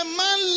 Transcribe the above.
man